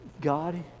God